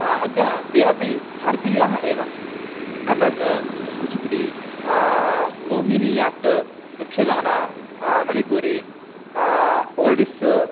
अद्य ते अपि भारतीयाः एव कतक् कूचुपुडि मोहिनीयट्ट् यक्षगान मणिपूरि ओडिस्स्